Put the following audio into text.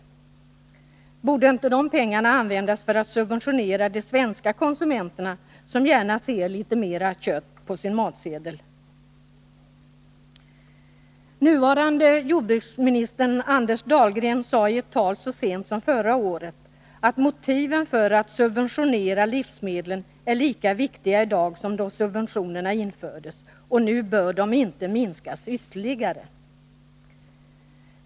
Borde inte de pengarna användas för att subventionera de svenska konsumenterna, som gärna ser litet mera kött på sin matsedel? Nuvarande jordbruksministern Anders Dahlgren sade så sent som förra året i ett tal: Motiven för att subventionera livsmedlen är lika viktiga i dag som då subventionerna infördes. Nu bör de inte minskas ytterligare.